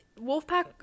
Wolfpack